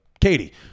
Katie